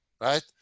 right